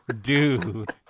dude